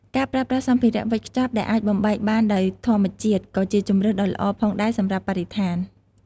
ការប្រើប្រាស់សម្ភារៈវេចខ្ចប់ដែលអាចបំបែកបានដោយធម្មជាតិក៏ជាជម្រើសដ៏ល្អផងដែរសម្រាប់បរិស្ថាន។